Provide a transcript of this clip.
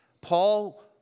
Paul